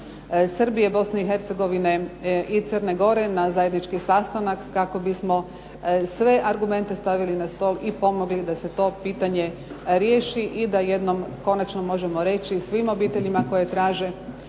Srbije, Bosne i Hercegovine i Crne Gore na zajednički sastanak kako bismo sve argumente stavili na stoj i pomogli da se to pitanje riješi i da jednom konačno možemo reći svim obiteljima koje traže